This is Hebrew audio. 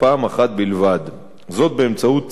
זאת באמצעות צו שפורסם בשנת 2006,